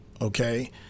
okay